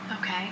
Okay